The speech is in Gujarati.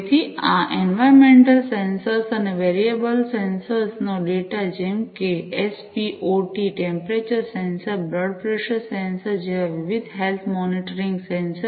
તેથી આ એન્વાયર્નમેન્ટલ સેન્સર્સ અને આ વેરિયેબલ સેન્સર્સ નો ડેટા જેમ કે S P O two temperature sensor blood pressure sensor જેવા વિવિધ હેલ્થ મોનિટરિંગ સેન્સર